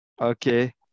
Okay